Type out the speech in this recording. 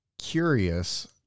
curious